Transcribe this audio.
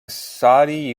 saudi